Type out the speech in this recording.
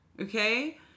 okay